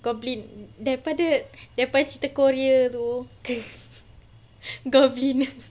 goblin daripada cerita korea tu goblin